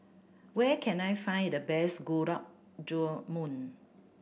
where can I find the best Gulab Jamun